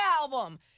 album